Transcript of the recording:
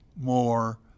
more